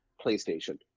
playstation